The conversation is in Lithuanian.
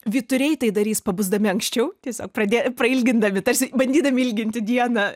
vyturiai tai darys pabusdami anksčiau tiesiog pradėję prailgindami tarsi bandydami ilginti dieną